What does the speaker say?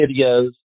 videos